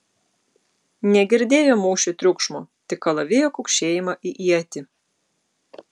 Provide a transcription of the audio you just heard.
negirdėjo mūšio triukšmo tik kalavijo kaukšėjimą į ietį